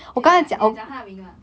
你有你有讲她的名吗